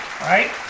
right